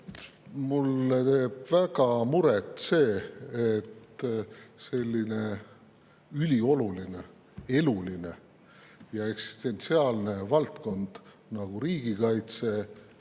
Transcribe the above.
Mulle teeb väga muret, et selline ülioluline, eluline ja eksistentsiaalne valdkond nagu riigikaitse